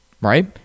right